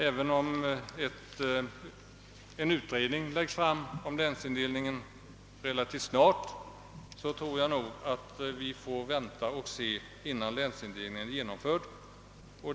även om utredningens förslag presenteras relativt snart får vi nog vänta på att länsindelningen genomförs.